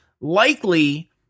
likely